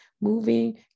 moving